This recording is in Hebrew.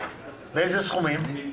באילו סכומים?